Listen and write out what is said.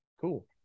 Cool